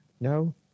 No